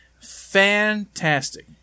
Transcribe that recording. Fantastic